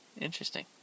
Interesting